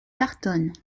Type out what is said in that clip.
tartonne